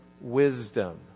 wisdom